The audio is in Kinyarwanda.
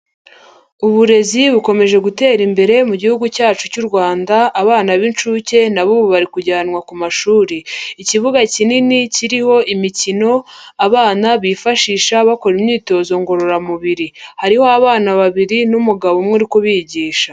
Uburezi bukomeje gutera imbere mu gihugu cyacu cy'u Rwanda abana b'incuke nabo ubu bari kujyanwa ku mashuri. Ikibuga kinini kiriho imikino abana bifashisha bakora imyitozo ngororamubiri, hariho abana babiri n'umugabo umwe uri kubigisha.